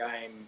game